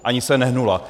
Ani se nehnula.